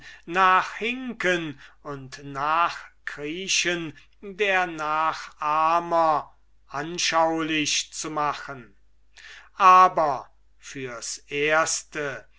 nachkeuchen nachhinken und nachkriechen der nachahmer anschaulich zu machen aber fürs erste